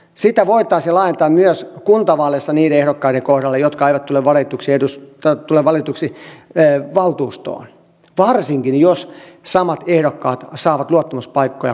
sitä voitaisiin laajentaa myös kuntavaaleissa niiden ehdokkaiden kohdalle jotka eivät tule valituiksi valtuustoon varsinkin jos samat ehdokkaat saavat luottamuspaikkoja kunnassa